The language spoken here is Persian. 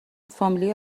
فامیلی